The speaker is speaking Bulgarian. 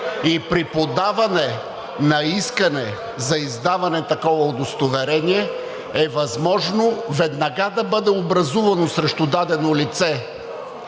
и при подаване на искане за издаване на такова удостоверение е възможно веднага да бъде образувано срещу дадено лице